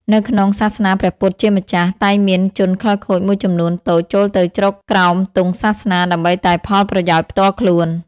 នៅក្នុងសាសនាព្រះពុទ្ធជាម្ចាស់ តែងមានជនខិលខូចមួយចំនួនតូចចូលទៅជ្រកក្រោមទង់សាសនាដើម្បីតែផលប្រយោជន៍ផ្ទាល់ខ្លួន។